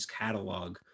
catalog